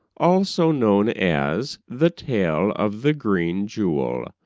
also known as the tale of the green jewel,